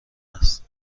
است